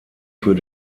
für